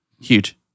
Huge